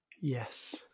yes